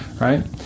right